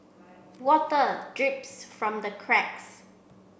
water drips from the cracks